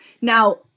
Now